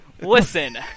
listen